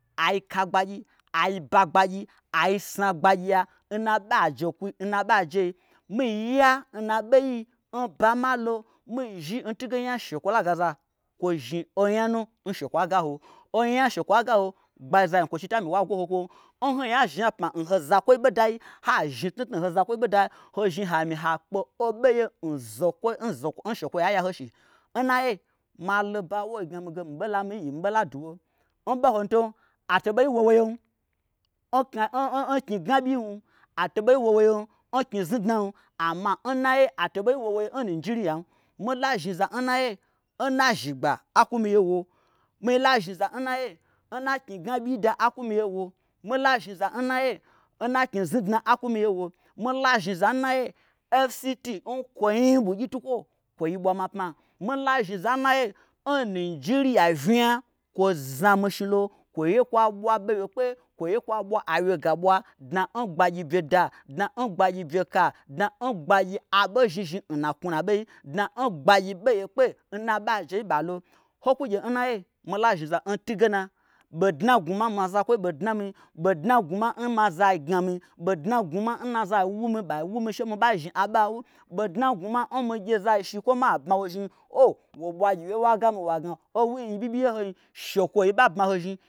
Ai ka gbagyi ai ba gbagyi ai sna gbagyi ya n na aɓoajekwui n na aɓoajei. mii ya n na aɓei n ɓa malo mii zhi n tunge onya n shekwo la gaza kwoi zhni onya nu n shekwoa gaho. o nya n shekwoa gaho. o nya n shekwoa gaho gbagyizanyikwochi tami wa gwoho kwom n hoinya zhniapma n ho zakwoi ɓodai ha zhni tnutnu n ho zakwoi ɓodai ho zhni ha mi ha kpe oboye n zokwoi n shekwoyia ya hoshi. N naiye malo ɓa woin gnami ge mi ɓei la mi-i yi mi ɓei la duwo n ɓohontom a to ɓei wowo yem nkna nknyi gna ɓyiim. a to ɓei wowo yem n knyi znudnam amma a to ɓei wowo yem n nijiriyam, mila zhni za n naiye n na zhigba akwu miye wo. mila zhni za n naiye n na knyigna ɓyii da akwumiye wo. mila zhni za n naiye n na knyi znudna a kwumiye wo. mila zhni za n naiye fct n kwoin ɓugyi tukwo kwoi ɓwa ɓwama pma. mila zhni za n naiye n nijiriya vnya kwoi znami shnilo kwoi ye kwa ɓwa ɓeyekpe. kwoye kwa ɓwa a wyega ɓwa dna n gbagyi byeda. dna n gbagyi bye ka. dna n gbagyi aɓozhni zhni n na knwunuaɓei. dna n gbagyi ɓo yekpe n na aɓo ajei n ɓalo. Ho kwugye n naiye mila zhni za n tun ge na ɓodna n gnwuma n ma zakwoi ɓei dnami, ɓodna n gnwuma n ma zai gnami, ɓodna n gnwuma n ma zai wu mi ɓai wumi she mi ba zhni aɓo n wu, ɓodna n gnwuma n mii gye zashi kwo ma bmawozhni o wo ɓwa gyiwye wa gami wa gna owyiiii ɓyi ɓyi ye n hoin shekwoyi ɓa bmamizhni